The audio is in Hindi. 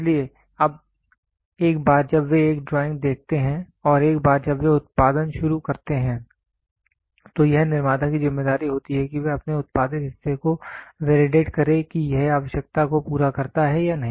इसलिए अब एक बार जब वे एक ड्राइंग देखते हैं और एक बार जब वे उत्पादन शुरू करते हैं तो यह निर्माता की ज़िम्मेदारी होती है कि वह अपने उत्पादित हिस्से को वैलिडेट करे कि यह आवश्यकता को पूरा करता है या नहीं